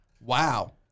wow